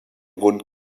grund